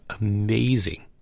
amazing